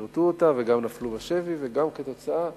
שירתו אותה וגם נפלו בשבי, וגם כתוצאה